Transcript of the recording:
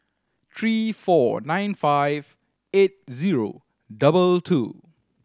three four nine five eight zero double two